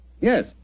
Yes